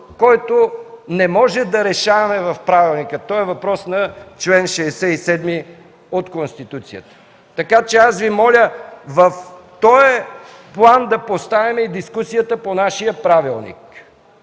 който не може да решаваме в правилника, той е въпрос на чл. 67 от Конституцията. Така че Ви моля в този план да поставяме и дискусията по нашия правилник.